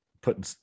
putting